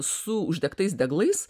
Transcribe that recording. su uždegtais deglais